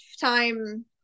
time